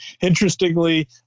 interestingly